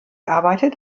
arbeitet